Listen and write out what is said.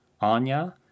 Anya